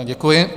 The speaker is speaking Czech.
Děkuji.